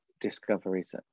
discoveries